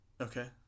okay